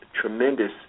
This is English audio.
tremendous